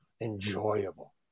enjoyable